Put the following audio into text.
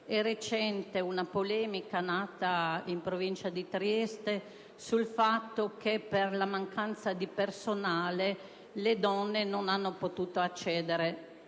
è nata una polemica in provincia di Trieste sul fatto che, per la mancanza di personale, le donne non hanno potuto accedere